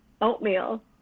oatmeal